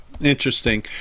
Interesting